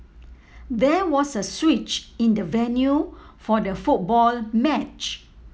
there was a switch in the venue for the football match